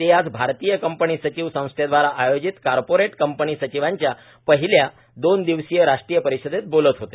ते आज भारतीय कंपनी सचिव संस्थेदवारा आयोजित कॉर्पोरेट कंपनी सचिवांच्या पहिल्या दोन दिवसीय राष्ट्रीय परिषदेत बोलत होते